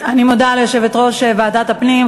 אני מודה ליושבת-ראש ועדת הפנים,